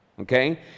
okay